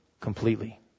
completely